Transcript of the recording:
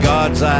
God's